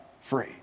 free